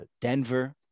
Denver